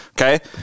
Okay